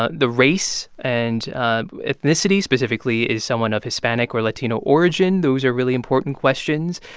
ah the race and ethnicity, specifically is someone of hispanic or latino origin? those are really important questions.